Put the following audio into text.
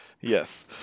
Yes